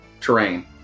terrain